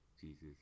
Jesus